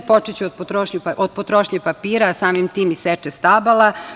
Počeću od potrošnje papira, a samim tim i seče stabala.